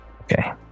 Okay